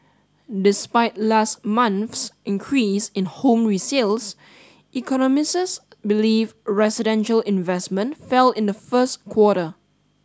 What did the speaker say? despite last month's increase in home resales believe residential investment fell in the first quarter